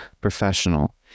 professional